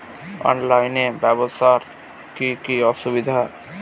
অনলাইনে ব্যবসার কি কি অসুবিধা?